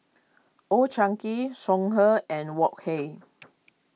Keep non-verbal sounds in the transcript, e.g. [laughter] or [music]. Old Chang Kee Songhe and Wok Hey [noise]